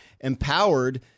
empowered